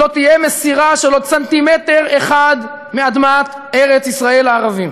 לא תהיה מסירה של עוד סנטימטר אחד מאדמת ארץ-ישראל לערבים.